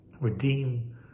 Redeem